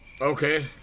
Okay